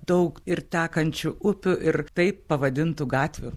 daug ir tekančių upių ir taip pavadintų gatvių